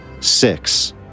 Six